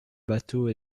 bateau